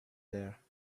there